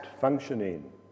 functioning